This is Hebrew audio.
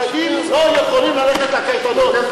החרדים לא יכולים ללכת לקייטנות.